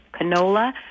canola